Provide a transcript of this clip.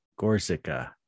Gorsica